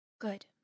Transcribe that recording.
Good